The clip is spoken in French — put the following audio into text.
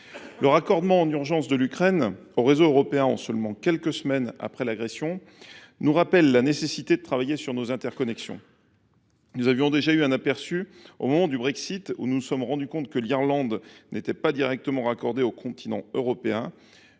Le raccordement en urgence de l’Ukraine au réseau européen, quelques semaines seulement après l’agression russe, nous rappelle la nécessité de travailler sur nos interconnexions. Nous avions déjà eu un aperçu de cet enjeu au moment du Brexit, quand nous nous sommes rendu compte que l’Irlande n’était pas directement raccordée au continent européen.